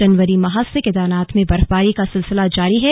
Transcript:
जनवरी माह से केदारधाम में बर्फवारी का सिलसिला जारी है